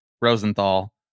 Rosenthal